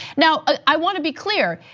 now i wanna be clear,